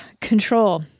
control